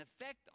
effect